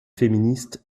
féministes